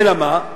אלא מה?